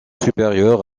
supérieur